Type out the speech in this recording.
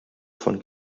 von